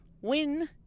Win